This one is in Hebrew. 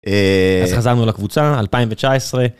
אז חזרנו לקבוצה, 2019.